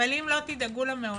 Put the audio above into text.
אבל אם לא תדאגו למעונות